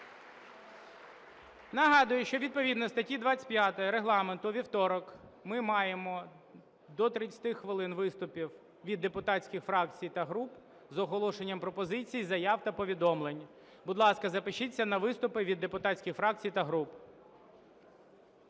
Нагадую, що відповідно статті 25 Регламенту у вівторок ми маємо до 30 хвилин виступи від д епутатських фракцій та груп з оголошенням пропозицій, заяв та повідомлень. Будь ласка, запишіться на виступи від депутатських фракцій та груп.